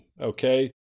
okay